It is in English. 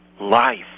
life